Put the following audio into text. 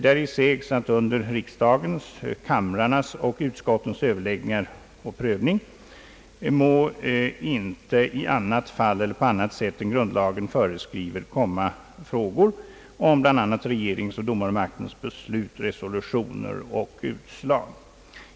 Däri sägs att under riksdagens, kamrarnas och utskottens överläggning och prövning inte må i annat fall eller på annat sätt än grundlagarna föreskriver komma frågor om bl.a. regeringsoch domarmaktens beslut, resolutioner och utslag.